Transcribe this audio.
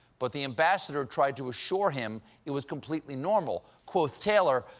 but the ambassador tried to assure him it was completely normal. quoth taylor.